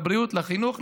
לבריאות, לחינוך,